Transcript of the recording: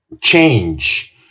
change